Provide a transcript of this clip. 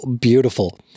beautiful